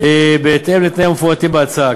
בהתאם לתנאים המפורטים בהצעה.